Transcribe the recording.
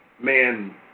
man